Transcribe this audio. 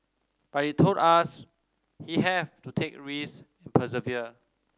but he told us he have to take risk persevere